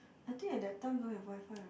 I think at that time don't have WiFi right